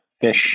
fish